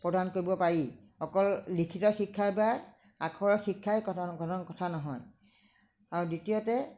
প্ৰদান কৰিব পাৰি অকল লিখিত শিক্ষা বা আখৰৰ শিক্ষাই কথা নহয় আৰু দ্বিতীয়তে